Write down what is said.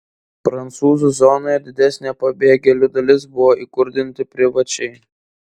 prancūzų zonoje didesnė pabėgėlių dalis buvo įkurdinti privačiai